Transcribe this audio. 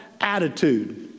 Attitude